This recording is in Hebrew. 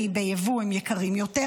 כי ביבוא הם יקרים יותר,